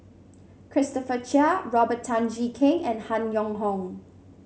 Christopher Chia Robert Tan Jee Keng and Han Yong Hong